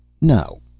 No